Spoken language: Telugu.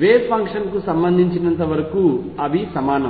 వేవ్ ఫంక్షన్ కు సంబంధించినంతవరకు అవి సమానం